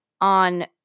on